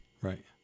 Right